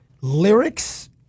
lyrics